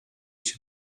się